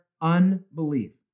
unbelief